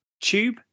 tube